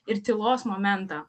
ir tylos momentą